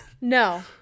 no